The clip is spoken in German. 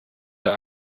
der